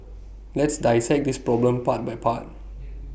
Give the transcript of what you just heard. let's dissect this problem part by part